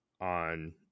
on